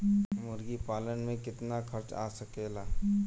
मुर्गी पालन में कितना खर्च आ सकेला?